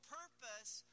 purpose